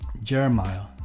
Jeremiah